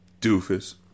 Doofus